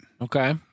Okay